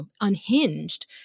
unhinged